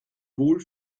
wohl